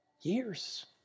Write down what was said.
years